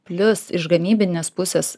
plius iš gamybinės pusės